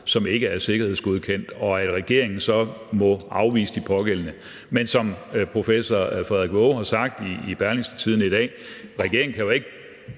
som ikke er sikkerhedsgodkendt, og at regeringen så må afvise de pågældende. Men som professor Frederik Waage har sagt til Berlingske i dag, kan regeringen jo ikke